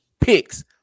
picks